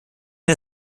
der